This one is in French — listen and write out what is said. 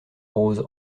rose